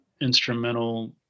instrumental